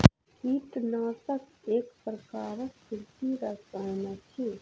कीटनाशक एक प्रकारक कृषि रसायन अछि